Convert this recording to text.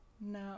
No